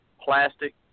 plastic